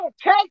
take